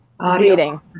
Reading